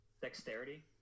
Dexterity